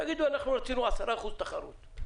תגידו שאתם רציתם 10 אחוזים תחרות.